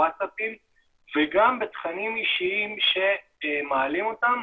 בוואטסאפים וגם בתכנים אישיים שמעלים אותם,